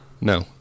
No